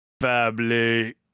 Family